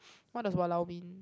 what does !walao! mean